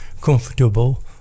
comfortable